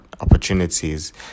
opportunities